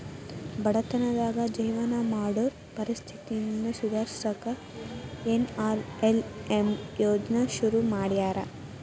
ಬಡತನದಾಗ ಜೇವನ ಮಾಡೋರ್ ಪರಿಸ್ಥಿತಿನ ಸುಧಾರ್ಸಕ ಎನ್.ಆರ್.ಎಲ್.ಎಂ ಯೋಜ್ನಾ ಶುರು ಮಾಡ್ಯಾರ